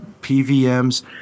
PVMs